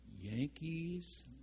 Yankees